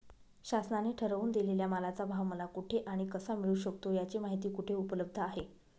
शासनाने ठरवून दिलेल्या मालाचा भाव मला कुठे आणि कसा मिळू शकतो? याची माहिती कुठे उपलब्ध आहे?